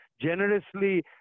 generously